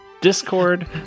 discord